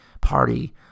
Party